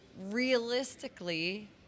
realistically